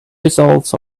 results